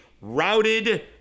routed